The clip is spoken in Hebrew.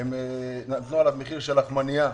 נתנו מחיר של לחמנייה.